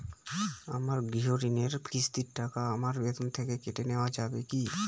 আমার গৃহঋণের কিস্তির টাকা আমার বেতন থেকে কেটে নেওয়া যাবে কি?